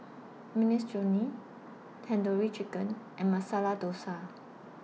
Minestrone Tandoori Chicken and Masala Dosa